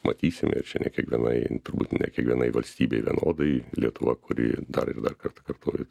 matysime ir čia ne kiekvienai turbūt ne kiekvienai valstybei vienodai lietuva kuri dar ir dar kartą kartoju